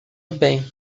bem